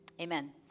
amen